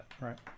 right